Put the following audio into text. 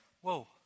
whoa